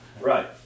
right